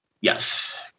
Yes